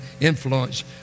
influence